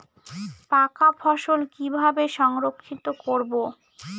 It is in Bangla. পাকা ফসল কিভাবে সংরক্ষিত করব?